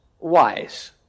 wise